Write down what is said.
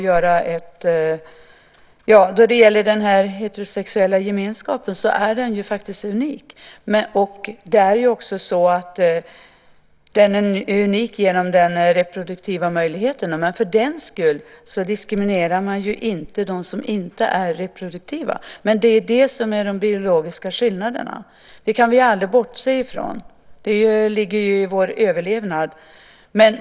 Herr talman! Den heterosexuella gemenskapen är unik. Den är unik genom den reproduktiva möjligheten. För den skull diskriminerar man inte dem som inte är reproduktiva. Men det är det som är de biologiska skillnaderna. Det kan vi aldrig bortse från. Det ligger i vår överlevnad.